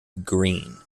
green